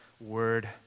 word